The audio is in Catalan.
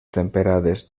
temperades